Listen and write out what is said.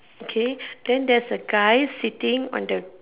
okay then there's a guy sitting on the